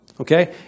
Okay